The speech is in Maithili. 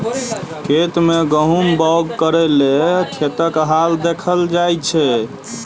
खेत मे गहुम बाउग करय लेल खेतक हाल देखल जाइ छै